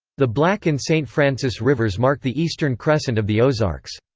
the black and st. francis rivers mark the eastern crescent of the ozarks.